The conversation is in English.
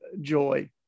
joy